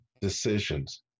decisions